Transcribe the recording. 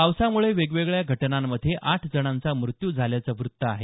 पावसामुळे वेगेवेळ्या घटनांमध्ये आठ जणांचा मृत्यू झाल्याचं वृत्त आहे